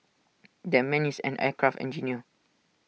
that man is an aircraft engineer